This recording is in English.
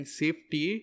safety